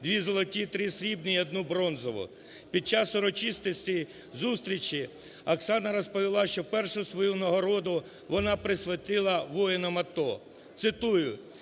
2 золоті, 3 срібні і 1 бронзову. Під час урочистостої зустрічі Оксана розповіла, що першу свою нагороду вона присвятила воїнам АТО. Цитую: